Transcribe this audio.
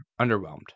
underwhelmed